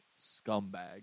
scumbag